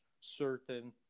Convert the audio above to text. certain